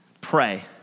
Pray